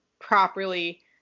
properly